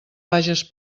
vages